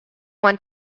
want